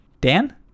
Dan